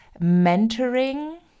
mentoring